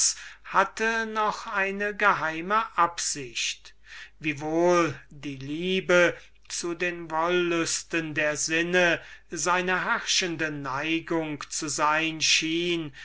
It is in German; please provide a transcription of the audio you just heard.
hatte noch eine geheime absicht die er durch diesen jüngling zu erreichen hoffte obgleich die liebe zu den wollüsten der sinne seine herrschende neigung zu sein schien